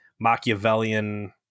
Machiavellian